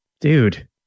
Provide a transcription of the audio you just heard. dude